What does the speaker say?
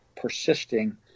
persisting